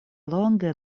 longe